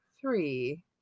three